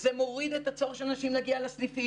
וזה מוריד את הצורך של האנשים להגיע לסניפים.